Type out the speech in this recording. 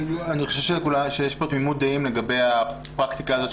אני חושב שיש פה תמימות דעים לגבי הפרקטיקה הזאת,